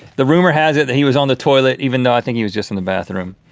the rumor has it that he was on the toilet, even though i think he was just in the bathroom.